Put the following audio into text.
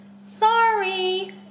Sorry